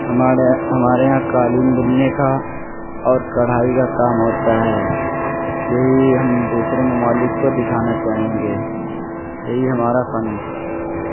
ہمارے ہمارے یہاں قالین بننے کا اور کڑھائی کا کام ہوتا ہے یہی ہم دوسرے ممالک کو دکھانا چاہیں گے یہی ہمارا فن